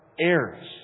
heirs